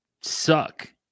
suck